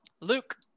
Luke